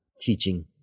teaching